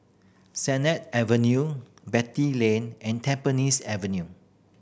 Sennett Avenue Beatty Lane and Tampines Avenue